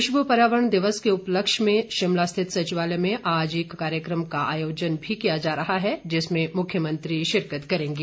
विश्व पर्यावरण दिवस के उपलक्ष्य में शिमला स्थित सचिवालय में आज एक कार्यक्रम का आयोजन भी किया जा रहा है जिसमें मुख्यमंत्री शिरकत करेंगे